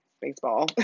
baseball